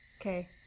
Okay